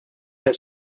have